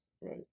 right